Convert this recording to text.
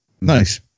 Nice